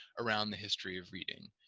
around the history of reading.